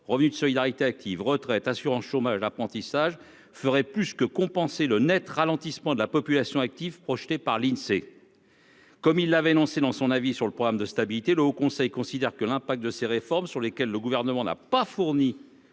Revenu de Solidarité Active, retraites, assurance chômage apprentissage ferait plus que compenser le Net ralentissement de la population active projeté par l'Insee. Comme il l'avait lancé dans son avis sur le programme de stabilité, le Haut Conseil considère que l'impact de ces réformes sur lesquelles le gouvernement n'a pas fourni